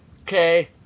okay